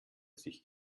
sich